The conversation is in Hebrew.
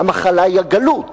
המחלה היא הגלות.